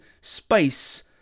space